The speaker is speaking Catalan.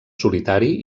solitari